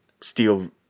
steal